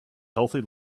healthy